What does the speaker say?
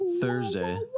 Thursday